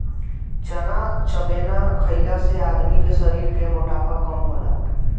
चना चबेना खईला से आदमी के शरीर के मोटापा कम होला